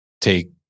take